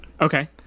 okay